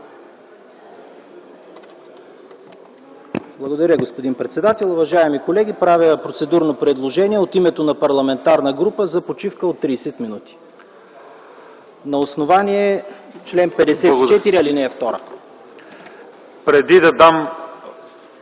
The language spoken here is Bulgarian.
Благодаря, господин председател. Уважаеми колеги, правя процедурно предложение от името на парламентарна група за почивка от 30 минути, на основание чл. 54, ал. 2. ПРЕДСЕДАТЕЛ